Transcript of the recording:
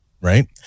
right